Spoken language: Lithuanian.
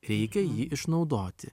reikia jį išnaudoti